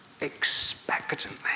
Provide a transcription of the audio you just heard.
expectantly